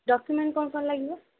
document କ'ଣ କ'ଣ ଲାଗିବ